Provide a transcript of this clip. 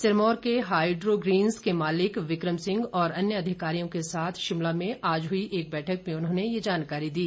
सिरमौर के हाईड्रोग्रीन्स के मालिक विक्रम सिंह और अन्य अधिकारियों के साथ शिमला में आज हुई एक बैठक में उन्होंने ये जानकारी दी